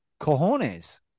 cojones